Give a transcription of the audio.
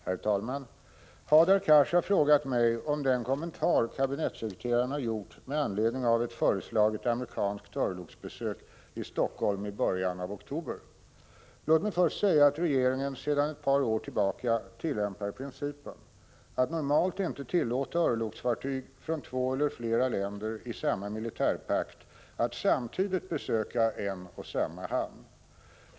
Herr talman! Hadar Cars har frågat mig om den kommentar kabinettssekreteraren har gjort med anledning av ett föreslaget amerikanskt örlogsbesök i Helsingfors i början av oktober. Låt mig först säga att regeringen sedan ett par år tillbaka tillämpar principen att normalt inte tillåta örlogsfartyg från två eller flera länder i samma militärpakt att samtidigt besöka en och samma hamn.